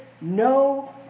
no